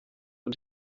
und